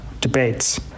debates